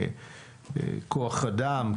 כוח אדם,